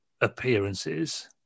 appearances